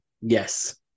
Yes